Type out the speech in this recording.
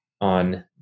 on